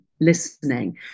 listening